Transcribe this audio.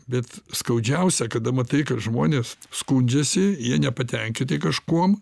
bet skaudžiausia kada matai kad žmonės skundžiasi jie nepatenkinti kažkuom